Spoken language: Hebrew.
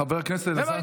חבר הכנסת אלעזר שטרן.